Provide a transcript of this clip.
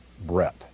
brett